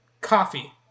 coffee